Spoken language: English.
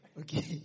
okay